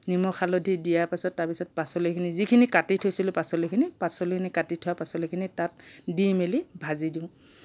নিমখ হালধি দিয়া পিছত তাৰপিছত পাচলিখিনি যিখিনি কাটি থৈছিলো পাচলিখিনি পাচলিখিনি কাটি থোৱা পাচলিখিনি তাত দি মেলি ভাজি দিওঁ